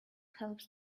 helps